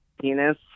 penis